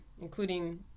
including